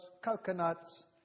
coconuts